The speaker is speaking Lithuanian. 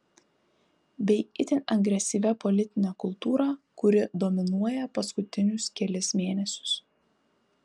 bei itin agresyvia politine kultūra kuri dominuoja paskutinius kelis mėnesius